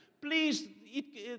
Please